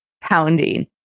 pounding